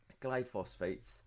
glyphosate